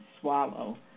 swallow